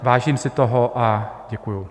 Vážím si toho a děkuji.